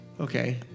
Okay